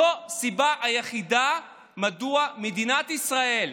זו הסיבה היחידה שמדינת ישראל,